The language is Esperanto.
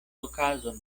okazon